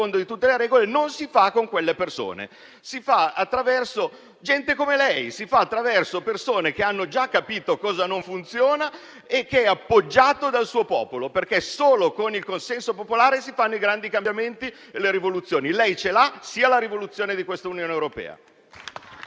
di tutte le regole non si fa con quelle persone, ma attraverso gente come lei, con persone che hanno già capito cosa non funziona e che sono appoggiate dai propri popoli, perché solo con il consenso popolare si fanno i grandi cambiamenti e le rivoluzioni. Lei ce l'ha, sia la rivoluzione di questa Unione europea.